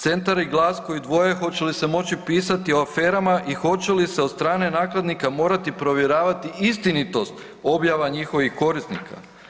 Centar i GLAS koji dvoje hoće li se moći pisati o aferama i hoće li se od strane nakladnika morati provjeravati istinitost objava njihovih korisnika.